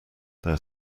their